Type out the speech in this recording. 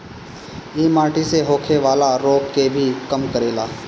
इ माटी से होखेवाला रोग के भी कम करेला